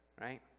right